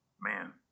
Man